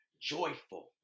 joyful